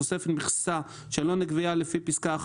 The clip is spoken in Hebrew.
בתוספת מכסה שלא נקבעה לפי פסקה (1),